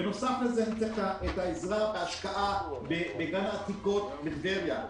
בנוסף לזה אני צריך את העזרה בהשקעה בגן עתיקות בטבריה.